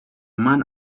man